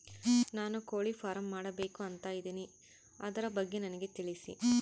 ನಾನು ಕೋಳಿ ಫಾರಂ ಮಾಡಬೇಕು ಅಂತ ಇದಿನಿ ಅದರ ಬಗ್ಗೆ ನನಗೆ ತಿಳಿಸಿ?